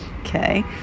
okay